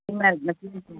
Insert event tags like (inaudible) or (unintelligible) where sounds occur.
(unintelligible)